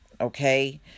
Okay